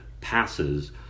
passes